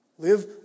Live